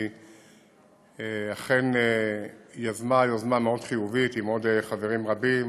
היא אכן יזמה יוזמה מאוד חיובית עם עוד חברים רבים